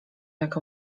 jak